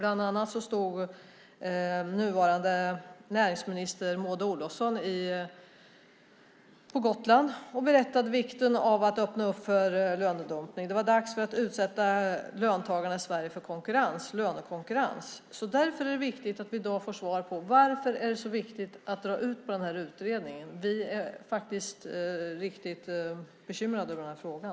Bland annat berättade nuvarande näringsminister Maud Olofsson när hon var på Gotland om vikten av att öppna för lönedumpning. Det var dags att utsätta löntagarna i Sverige för lönekonkurrens. Därför är det viktigt att vi i dag får svar på varför det är så angeläget att dra ut på utredningen. Vi är bekymrade över frågan.